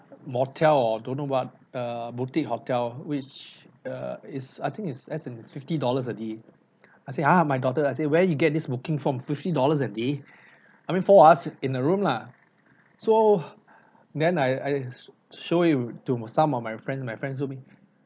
motel or don't know what err boutique hotel which err is I think it's less than fifty dollars a day I said !huh! my daughter lah I said where you get this booking from fifty dollars a day I mean four of us in a room lah so then I I sh~ show it to some of my friends my friends told me